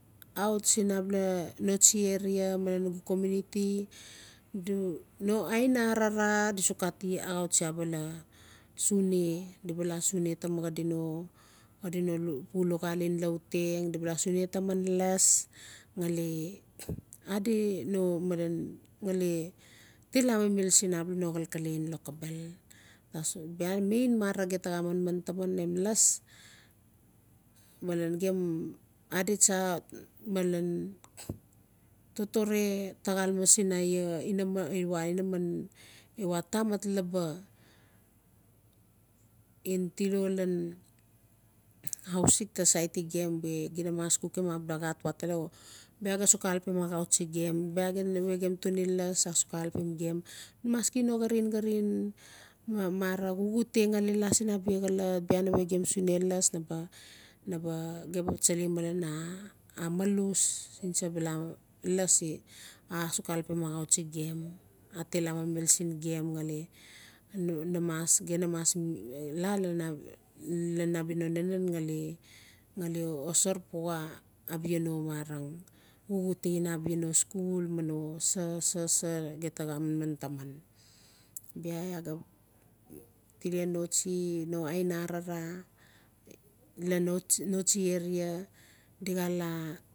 Aut sin able noasti area malen nugu xommunity no aina arara si sux ati axau tsi abala sune di baa laa sune taman xadi no pu lauxal gem lautgeg di baa laa sune taman las gali adi no malen gali til amimil sin abal no xalkale loxobel tasol bia no main mara gem taa xaa manman taman las malen gem adi tsa malen totore taa xaleme sin iaa tamat laba in tulo lan hausik taa saiti gem we gim na mas lukim abla xag watala o bia gaa sux alpim axau tsi gem bia nave gem tuni las bia asxu xaa alpim gem maski no xarin-xarin mara xuxute gali laa sin abia xolot bia nave gem sune las na baa gem baa tsalai malen malussin tsa bala las asux alpim axau tsi gem atil amimil sin gem gali gem na mas laa a bia no nanan gali xosorpua abia no marang xuxute inabia no skul na no se-se-se- gem taa gaa manman taman bia tile noasti no aina arara noasti area di xaa laa